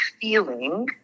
feeling